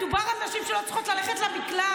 מדובר על נשים שלא צריכות ללכת למקלט.